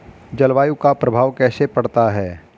जलवायु का प्रभाव कैसे पड़ता है?